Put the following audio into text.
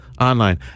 online